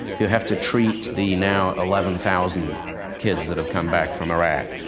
who have to treat the now eleven thousand kids that have come back from iraq.